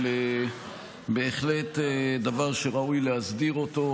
אבל זה בהחלט דבר שראוי להסדיר אותו,